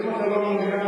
אם אתה לא מעוניין,